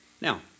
Now